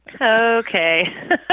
Okay